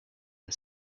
and